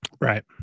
Right